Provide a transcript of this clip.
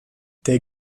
der